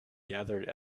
gathered